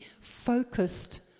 focused